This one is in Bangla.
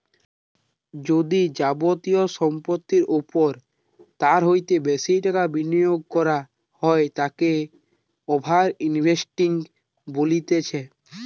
যদি যাবতীয় সম্পত্তির ওপর তার হইতে বেশি টাকা বিনিয়োগ করা হয় তাকে ওভার ইনভেস্টিং বলতিছে